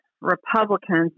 Republicans